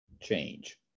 change